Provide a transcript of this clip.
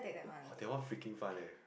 !wah! that one freaking fun leh